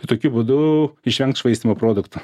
ir tokiu būdu išvengt švaistymo produktų